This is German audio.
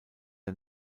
der